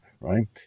right